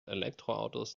elektroautos